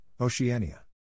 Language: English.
Oceania